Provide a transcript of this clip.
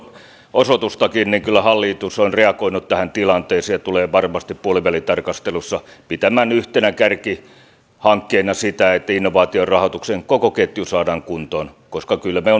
osoitustakin kyllä hallitus on reagoinut tähän tilanteeseen ja tulee varmasti puolivälitarkastelussa pitämään yhtenä kärkihankkeena sitä että innovaatiorahoituksen koko ketju saadaan kuntoon koska kyllä me